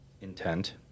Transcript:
intent